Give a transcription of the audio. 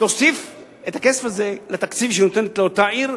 תוסיף את הכסף הזה לתקציב שהיא נותנת לאותה עיר,